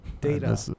Data